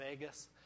Vegas